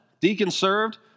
deacon-served